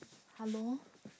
hello